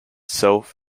self